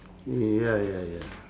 ya ya ya